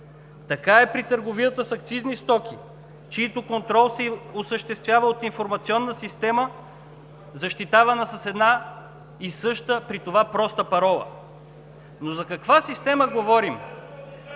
Така е при търговията с акцизни стоки, чиито контрол се осъществява от информационна система, защитавана с една и съща, при това проста парола. Но за каква система говорим